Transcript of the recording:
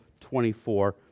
24